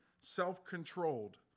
self-controlled